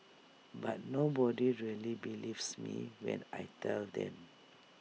but nobody really believes me when I tell them